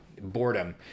boredom